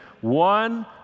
One